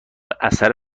اثر